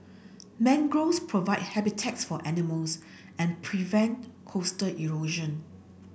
mangroves provide habitats for animals and prevent coastal erosion